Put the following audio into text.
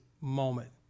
moment